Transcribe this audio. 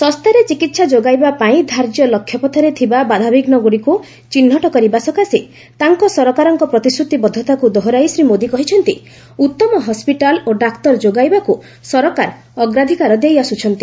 ଶସ୍ତାରେ ଚିକିତ୍ସା ଯୋଗାଇବା ପାଇଁ ଧାର୍ଯ୍ୟ ଲକ୍ଷ୍ୟପଥରେ ଥିବା ବାଧାବିଘ୍ନଗୁଡ଼ିକୁ ଚିହ୍ନଟ କରିବା ସକାଶେ ତାଙ୍କ ସରକାରଙ୍କ ପ୍ରତିଶ୍ରତିବଦ୍ଧତାକୁ ଦୋହରାଇ ଶ୍ରୀ ମୋଦି କହିଛନ୍ତି ଉତ୍ତମ ହସ୍କିଟାଲ୍ ଓ ଡାକ୍ତର ଯୋଗାଇବାକୁ ସରକାର ଅଗ୍ରାଧିକାର ଦେଇଆସୁଛନ୍ତି